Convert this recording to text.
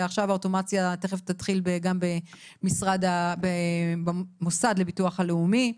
ועכשיו האוטומציה תיכף תתחיל גם במוסד לביטוח הלאומי.